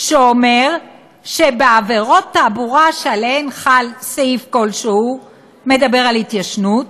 שאומר שבעבירות תעבורה שעליהן חל סעיף כלשהו שמדבר על התיישנות